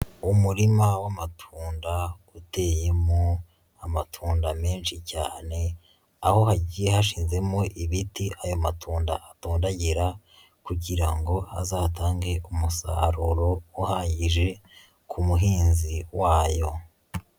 Umurima w'amatunda uteyemo amatunda menshi cyane, aho hagiye hashizemo ibiti ayo matunda atondagira kugira ngo azatange umusaruro uhagije ku muhinzi wayo.